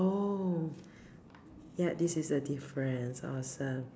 oh yup this is a difference awesome